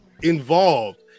involved